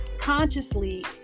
consciously